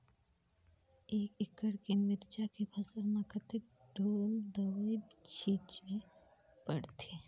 एक एकड़ के मिरचा के फसल म कतेक ढोल दवई छीचे पड़थे?